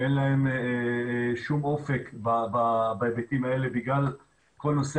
שאין להם שום אופק בהיבטים האלה בגלל כל נושא